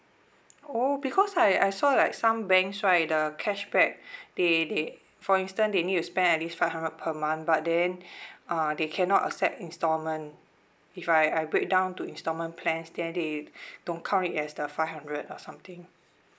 oh because I I saw like some banks right the cashback they they for instance they need you to spend at least five hundred per month but then uh they cannot accept installment if I I break down to installment plans then they don't count it as the five hundred or something